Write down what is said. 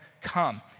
come